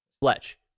Fletch